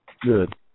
Good